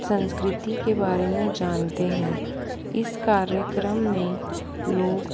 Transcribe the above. संस्कृति के बारे में जानते हैं इस कार्यक्रम में लोग